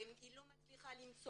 היא גם לא מצליחה למצוא